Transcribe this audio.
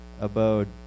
abode